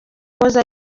wahoze